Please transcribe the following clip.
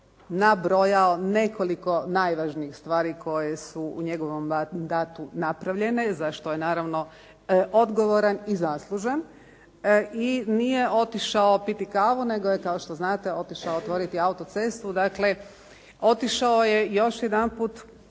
nabrojao nekoliko najvažnijih stvari koje su u njegovom mandatu napravljene za što je naravno odgovoran i zaslužan. I nije otišao piti kavu nego je kao što znate otišao otvoriti autocestu dakle otišao je još jedanput